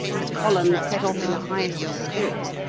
the column set off in the highest of spirits,